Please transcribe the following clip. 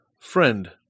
friend